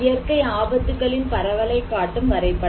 இயற்கை ஆபத்துகளின் பரவலைக் காட்டும் வரைபடம்